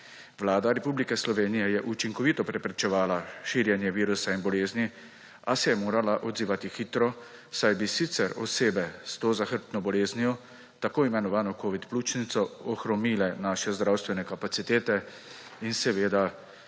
Vlada Republike Slovenije je učinkovito preprečevala širjenje virusa in bolezni, a se je morala odzivati hitro, saj bi sicer osebe s to zahrbtno boleznijo, tako imenovano covid pljučnico, ohromile naše zdravstvene kapacitete in še več